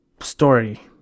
story